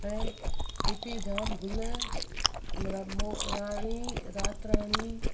ऐं हिते जाम गुल राणी राति राणी